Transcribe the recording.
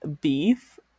beef